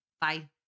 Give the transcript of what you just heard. Bye